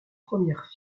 première